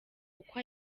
uko